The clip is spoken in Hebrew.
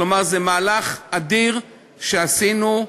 כלומר, זה מהלך אדיר שעשינו.